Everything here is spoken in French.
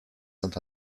saint